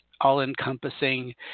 all-encompassing